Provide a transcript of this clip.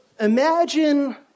imagine